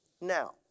now